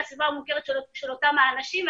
בסביבה המוכרת של אותם אנשים.